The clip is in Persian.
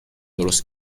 درست